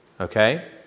Okay